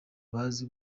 bazi